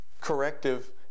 corrective